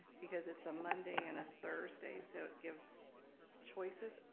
because it's a monday and a thursday, so it gives choices,